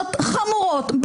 עבירות חמורות,